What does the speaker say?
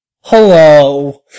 Hello